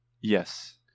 Yes